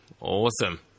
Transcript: Awesome